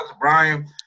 Brian